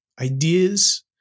ideas